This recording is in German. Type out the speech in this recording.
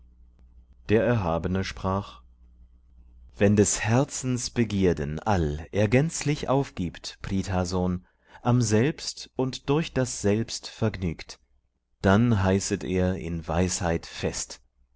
der erhabene sprach wenn des herzens begierden all er gänzlich aufgibt prith sohn am selbst und durch das selbst vergnügt dann heißet er in weisheit fest